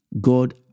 God